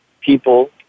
people